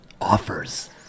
offers